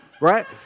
right